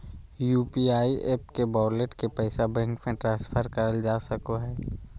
UPI app के wallet के पैसा बैंक मे ट्रांसफर करल जा सको हय